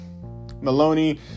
Maloney